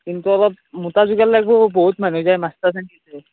কিন্তু অলপ মোটা যোগাৰ লাগিব বহুত মানুহ যায় মাছ